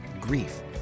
grief